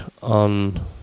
on